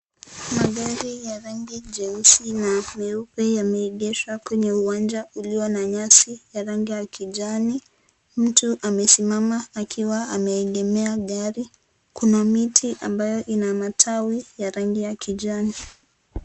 Magari ya rangi jeusi na meupe, yameegeshwa kwenye uwanja ulio na nyasi ya rangi ya kijani. Mtu amesimama, akiwa ameegemea gari. Kuna miti ambayo ina matawi ya rangi ya kijani.